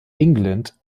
england